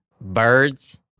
Birds